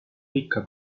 ricca